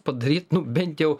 padaryt nu bent jau